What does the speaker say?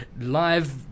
live